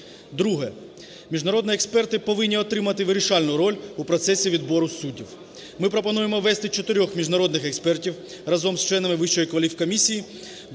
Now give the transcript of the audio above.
Друге. Міжнародні експерти повинні отримати вирішальну роль у процесі відбору суддів. Ми пропонуємо ввести чотирьох міжнародних експертів разом з членами Вищої кваліфкомісії